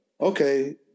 okay